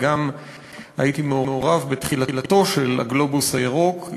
וגם הייתי מעורב בתחילתו של "הגלובוס הירוק".